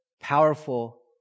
powerful